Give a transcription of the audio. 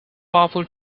powerful